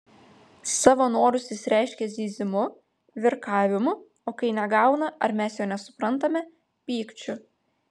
savo norus jis reiškia zyzimu virkavimu o kai negauna ar mes jo nesuprantame pykčiu